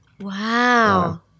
Wow